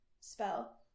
spell